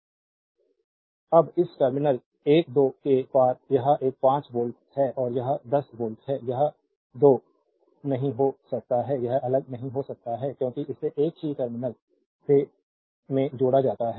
slide time देखें 3200 अब इस टर्मिनल 1 2 के पार यह एक 5 वोल्ट है और यह 10 वोल्ट है यह 2 नहीं हो सकता है यह अलग नहीं हो सकता है क्योंकि इसे एक ही टर्मिनल में जोड़ा जाता है